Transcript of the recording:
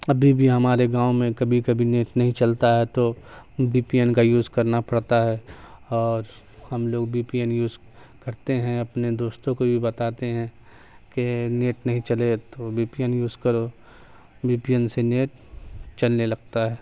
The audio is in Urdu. ابھی بھی ہمارے گاؤں میں کبھی کبھی نیٹ نہیں چلتا ہے تو بی پی این کا یوز کرنا پڑتا ہے اور ہم لوگ بی پی این یوز کرتے ہیں اپنے دوستوں کو بھی بتاتے ہیں کہ نیٹ نہیں چلے تو بی پی این یوز کرو بی پی این سے نیٹ چلنے لگتا ہے